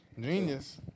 Genius